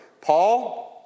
Paul